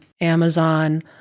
Amazon